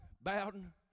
Bowden